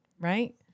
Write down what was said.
Right